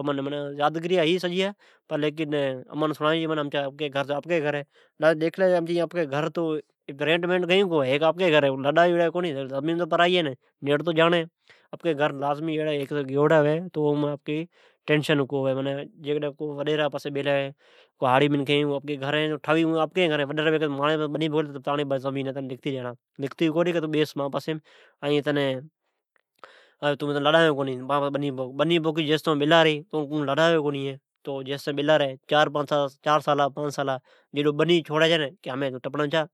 امن یادگریاتو سب ھےکا تو این امچے آپکی گھر ھے ڈیکھلے جا تو زمین امچی تو کو ھی اٹھی امان کڈبھی لڈا سگھی ۔پر آپکے ھیک گھر ٹھراڑو ھوی تو کڈ بھی وڈیری لڈا سگھی تو اون اپکے گھر اوی ٹائیم جائی بھولے کا تو ٹینسن کونی ھوی ۔ھاڑی جکو جٹھی لڈتی جائی او وڈیر کئی تون ماجھئ پاسی بنی پوکھ بیلا ری جیستائین او بنی پوکھے چار سالا پانچ سالا ،پچھے اونہ لڈا چھوڑی ۔ ھمین تون جا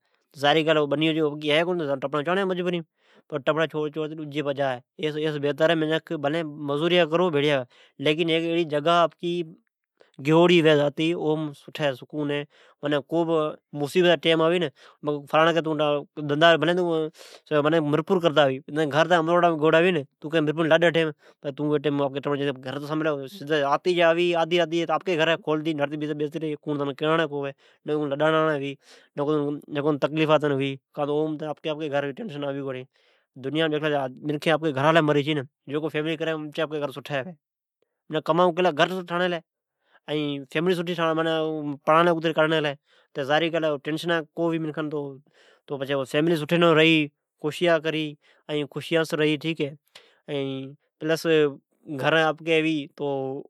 بھلے مزوریکری بھڑی ھیک پلاٹ گئی چھوڑی ۔بھلے تون کام مرپور کرتا ھوی پر جیکڈھن تاجی گھر عمرکوٹا مین ھوی ۔ پچھے تو کد بے ؒڈتی آوی مرزی جا مالک ھی راتی جی آوی یا آدی ماندی آوی تنیے کوڑ لڈا تو کو سگھی ۔میکھین کماقئی کلے گھرا لے گھر آپکے ھوی تو ٹنیسن کونی ھوی تو فئیملی سٹھے نمونی رھی ،پچھئ گھرا مین خشیا ھوی